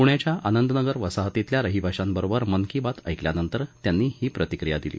प्ण्याच्या आनंदनगर वसाहतीतल्या रहिवाशांवरोबर मन की बात ऐकल्यानंतर त्यांनी ही प्रतिक्रीया दिली